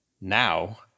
now